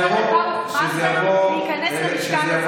ברוך מרזל להיכנס למשכן הכנסת,